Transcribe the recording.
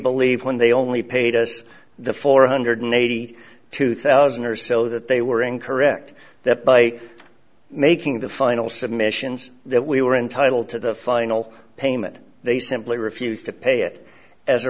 believe when they only paid us the four hundred eighty two thousand or so that they were incorrect that by making the final submissions that we were entitled to the final payment they simply refused to pay it as a